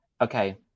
Okay